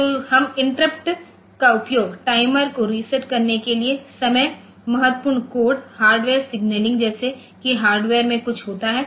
तो हम इंटरप्ट का उपयोग टाइमर को रिसेट करने के लिएसमय महत्वपूर्ण कोड हार्डवेयर सिगनलिंग जैसे कि हार्डवेयर में कुछ होता है